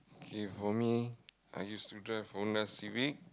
okay for me I used to drive Honda-Civic